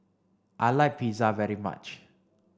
I like Pizza very much